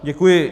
Děkuji.